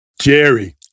Jerry